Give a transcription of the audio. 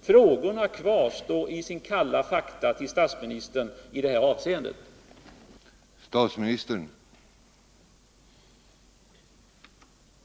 Frågorna till statsministern i det avseendet kvarstår i kalla fakta.